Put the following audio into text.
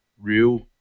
real